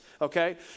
okay